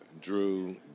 Drew